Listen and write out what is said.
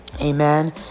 Amen